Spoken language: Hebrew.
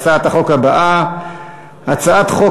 1. הצעת החוק להגנה על עדים (תיקון מס' 4)